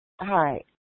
Hi